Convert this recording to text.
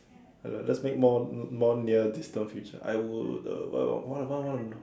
ya lah let's make more more near distant future I would uh what what would I wanna do